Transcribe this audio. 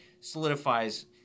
solidifies